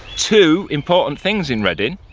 two important things in reading.